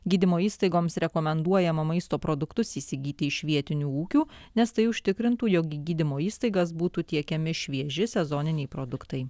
gydymo įstaigoms rekomenduojama maisto produktus įsigyti iš vietinių ūkių nes tai užtikrintų jog į gydymo įstaigas būtų tiekiami švieži sezoniniai produktai